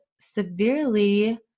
severely